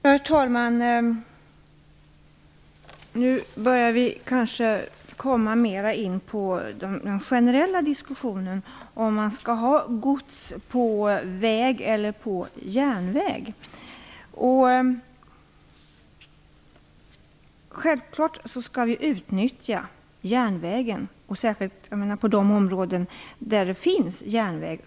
Herr talman! Nu börjar vi mer komma in på den generella diskussionen om man skall ha gods på väg eller järnväg. Vi skall självfallet utnyttja järnvägen, och särskilt på de områden där det finns järnväg.